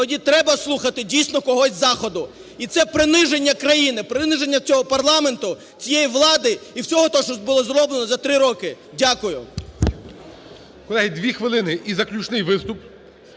тоді треба слухати дійсно когось із Заходу. І це – приниження країни, приниження цього парламенту, цієї влади і всього того, що було зроблено за три роки. Дякую.